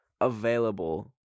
available